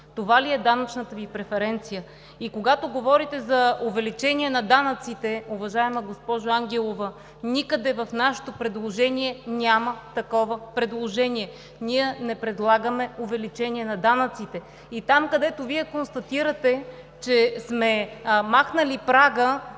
Това ли е данъчната Ви преференция? Когато говорите за увеличение на данъци, уважаема госпожо Ангелова, никъде в нашето предложение няма такова предложение. Ние не предлагаме увеличение на данъците. Там, където Вие констатирате, че сме махнали прага